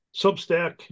substack